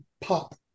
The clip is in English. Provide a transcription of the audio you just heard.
pop